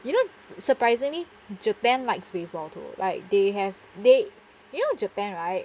you know surprisingly japan likes baseball too like they have they you know japan right